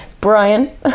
Brian